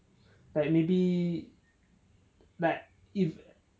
like maybe like if